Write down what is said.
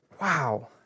Wow